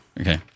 Okay